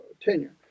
tenure